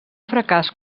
fracàs